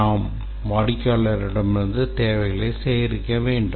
நாங்கள் வாடிக்கையாளரிடமிருந்து தேவைகளை சேகரிக்க வேண்டும்